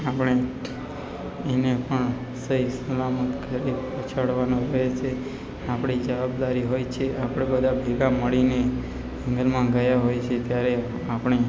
આપણે એને પણ સહી સલામત ઘરે પહોંચાડવાના હોય છે આપણી જવાબદારી હોય છે આપણે બધા ભેગા મળીને જંગલમાં ગયા હોય છે ત્યારે આપણે